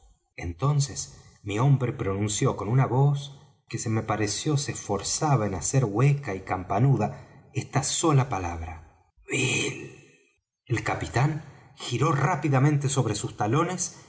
entonces mi hombre pronunció con una voz que me pareció se esforzaba en hacer hueca y campanuda esta sola palabra bill el capitán giró rápidamente sobre sus talones